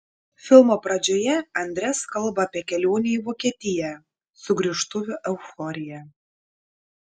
filmo pradžioje andres kalba apie kelionę į vokietiją sugrįžtuvių euforiją